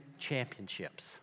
championships